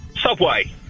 Subway